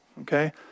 okay